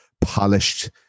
polished